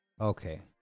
okay